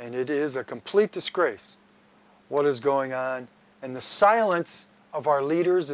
and it is a complete disgrace what is going on and the silence of our leaders